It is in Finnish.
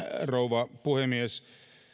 rouva puhemies